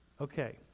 Okay